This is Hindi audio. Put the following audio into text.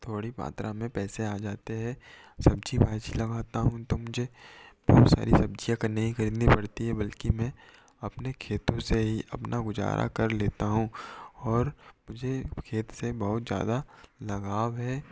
थोड़ी मात्रा में पैसे आ जाते है सब्ज़ी भाजी लगाता हूँ तो मुझे बहुत सारी सब्ज़ियाँ नहीं खरीदनी पड़ती हैं बल्कि मैं अपने खेतों से ही अपना गुज़ारा कर लेता हूँ और मुझे खेत से बहुत ज़्यादा लगाव है